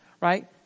right